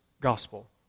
gospel